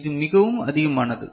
இது மிகவும் அதிகமானது